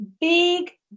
big